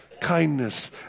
kindness